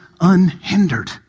unhindered